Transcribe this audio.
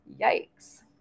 Yikes